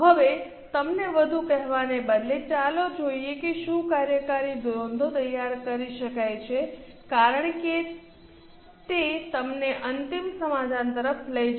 હવે તમને વધુ કહેવાને બદલે ચાલો જોઈએ કે શું કાર્યકારી નોંધો તૈયાર કરી શકાય છે કારણ કે તે અમને અંતિમ સમાધાન તરફ લઈ જશે